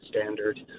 standard